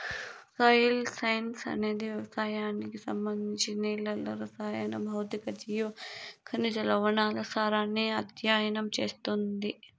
soil science అనేది వ్యవసాయానికి సంబంధించి నేలల రసాయన, భౌతిక, జీవ, ఖనిజ, లవణాల సారాన్ని అధ్యయనం చేస్తుంది